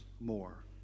more